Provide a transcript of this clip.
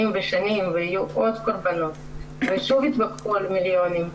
ויהיו עוד קורבנות ושוב יתווכחו על מיליונים.